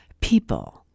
people